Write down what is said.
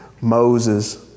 Moses